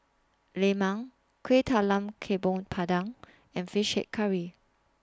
Lemang Kueh Talam Tepong Pandan and Fish Head Curry